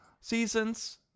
seasons